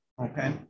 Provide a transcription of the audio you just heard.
Okay